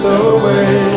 away